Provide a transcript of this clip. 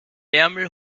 ärmel